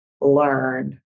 learn